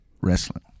wrestling